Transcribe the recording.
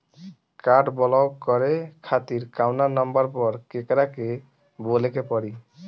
Card block करे खातिर कवना नंबर पर केकरा के बोले के परी?